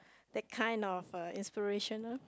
that kind of a inspirational